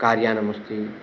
car यानम् अस्ति